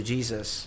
Jesus